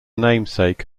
namesake